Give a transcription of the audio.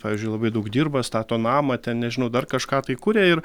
pavyzdžiui labai daug dirba stato namą ten nežinau dar kažką tai kuria ir